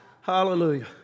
Hallelujah